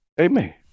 Amen